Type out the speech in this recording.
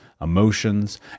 emotions